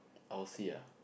I will see ah